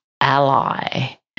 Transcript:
ally